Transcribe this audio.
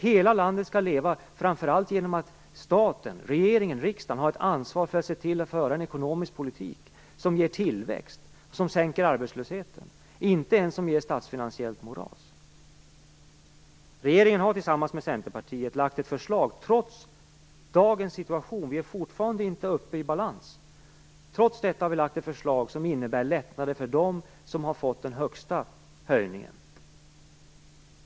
Hela landet skall leva framför allt genom att staten, regeringen och riksdagen tar ett ansvar och ser till att föra en ekonomisk politik som ger tillväxt och sänker arbetslösheten, inte en som ger statsfinansiellt moras. Regeringen har tillsammans med Centerpartiet lagt fram ett förslag trots dagens situation - vi är fortfarande inte i balans - som innebär lättnader för dem som har fått den högsta höjningen.